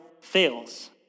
fails